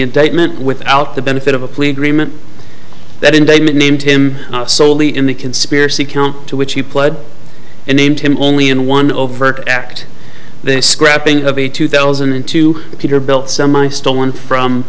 indictment without the benefit of a plea agreement that indictment named him solely in the conspiracy count to which he pled and named him only in one overt act they scrapping of a two thousand and two peterbilt semi stolen from